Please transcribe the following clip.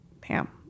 Pam